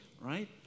right